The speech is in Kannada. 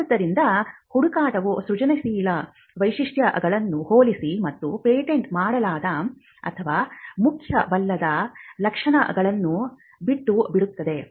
ಆದುದರಿಂದ ಹುಡುಕಾಟವು ಸೃಜನಶೀಲ ವೈಶಿಷ್ಟ್ಯಗಳನ್ನು ಹೋಲಿಸಿ ಮತ್ತು ಪೇಟೆಂಟ್ ಮಾಡಲಾಗದ ಅಥವಾ ಮುಖ್ಯವಲ್ಲದ ಲಕ್ಷಣಗಳನ್ನು ಬಿಟ್ಟುಬಿಡುತ್ತದೆ